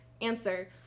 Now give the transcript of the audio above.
answer